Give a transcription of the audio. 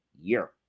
year